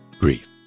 grief